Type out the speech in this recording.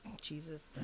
Jesus